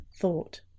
thought